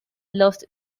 lost